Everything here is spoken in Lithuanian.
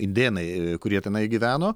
indėnai kurie tenai gyveno